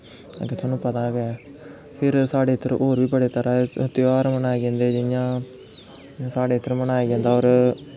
अग्गें तुसेंगी पता गै ऐ फिर होर साढ़े इद्धर होर केईं तरह दे तेहार मनाए जंदे जि'यां साढ़े इद्धर मनाया जंदा होर